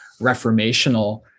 reformational